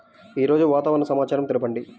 ఈరోజు వాతావరణ సమాచారం తెలుపండి